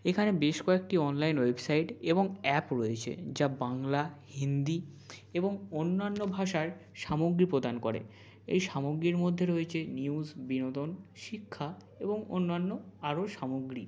এখানে বেশ কয়েকটি অনলাইন ওয়েব সাইট এবং অ্যাপ রয়েছে যা বাংলা হিন্দি এবং অন্যান্য ভাষার সামগ্রী প্রদান করে এই সামগ্রীর মধ্যে রয়েছে নিউজ বিনোদন শিক্ষা এবং অন্যান্য আরো সামগ্রী